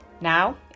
Now